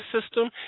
system